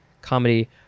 comedy